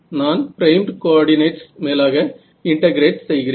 நான் primed coordinates மேலாக integrate செய்கிறேன்